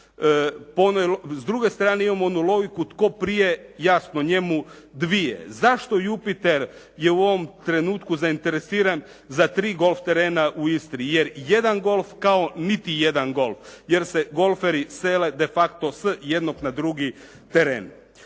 S druge strane, imamo onu logu tko prije jasno njemu dvije. Zašto "Jupiter" je u ovom trenutku zainteresiran za tri golf terena u Istri? Jer jedan golf kao niti jedan golf jer se golferi sele de facto s jednog na drugi teren.